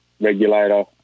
regulator